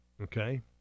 Okay